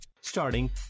Starting